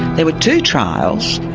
there were two trials,